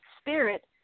spirit